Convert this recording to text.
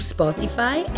Spotify